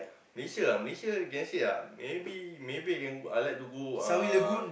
Malaysia lah Malaysia can say lah maybe maybe I can go I like to go uh